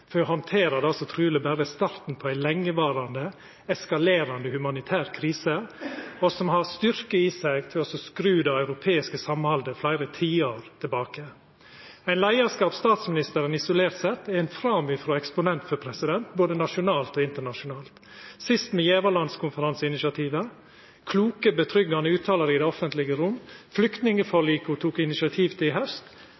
for å handtera det som truleg berre er starten på ei lengevarande, eskalerande humanitær krise, og som har styrke i seg til å skru det europeiske samhaldet fleire tiår tilbake. Dette er ein leiarskap statsministeren isolert sett er ein framifrå eksponent for både nasjonalt og internasjonalt, sist med gjevarlandskonferanseinitiativet, kloke betryggjande uttalar i det offentlege rom,